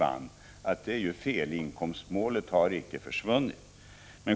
Detta är fel. Inkomstmålet har icke försvunnit.